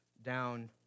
Down